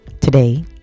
Today